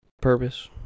purpose